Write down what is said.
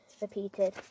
repeated